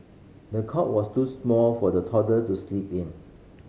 the cot was too small for the toddler to sleep in